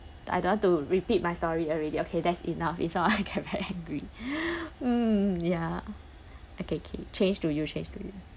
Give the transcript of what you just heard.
I don't want to repeat my story already okay that's enough if not I get very angry mm ya okay okay change to you change to you